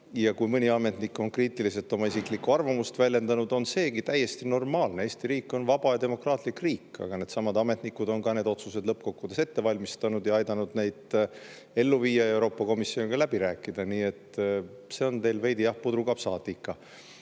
Ja kui mõni ametnik on oma isiklikku kriitilist arvamust väljendanud, on seegi täiesti normaalne. Eesti riik on vaba ja demokraatlik riik. Aga needsamad ametnikud on need otsused lõppkokkuvõttes ette valmistanud ning aidanud neid ellu viia ja Euroopa Komisjoniga läbi rääkida. Nii et see on teil veidi, jah, pudrukapsaatika.